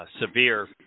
severe